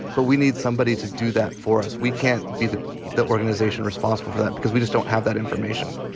but we need somebody to do that for us. we can't be the the organization responsible for that because we just don't have that information